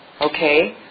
okay